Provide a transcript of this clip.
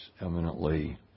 eminently